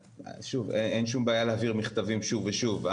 שוב, אין שום בעיה להעביר מכתבים שוב ושוב.